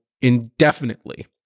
indefinitely